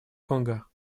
конго